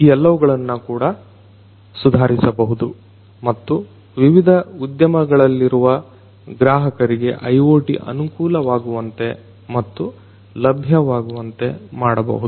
ಈ ಎಲ್ಲವುಗಳನ್ನ ಕೂಡ ಸುಧಾರಿಸಬಹುದು ಮತ್ತು ವಿವಿಧ ಉದ್ಯಮಗಳಲ್ಲಿರುವ ಗ್ರಾಹಕರಿಗೆ IoT ಅನುಕೂಲವಾಗುವಂತೆ ಮತ್ತು ಲಭ್ಯವಾಗುವಂತೆ ಮಾಡಬಹುದು